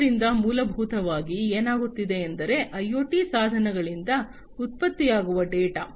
ಆದ್ದರಿಂದ ಮೂಲಭೂತವಾಗಿ ಏನಾಗುತ್ತಿದೆ ಎಂದರೆ ಐಒಟಿ ಸಾಧನಗಳಿಂದ ಉತ್ಪತ್ತಿಯಾಗುವ ಡೇಟಾ